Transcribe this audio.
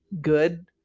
good